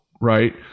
right